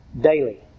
daily